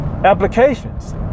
applications